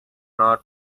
not